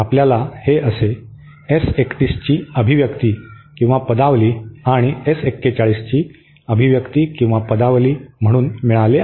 आपल्याला हे एस 31 ची अभिव्यक्ति आणि एस 41 ची अभिव्यक्ति म्हणून मिळाले आहे